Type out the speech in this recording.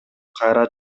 кайра